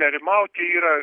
nerimauti yra